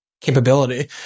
capability